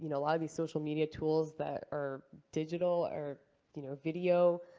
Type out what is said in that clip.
you know lot of these social media tools that are digital or you know video.